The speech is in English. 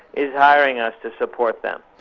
is hiring us to support them.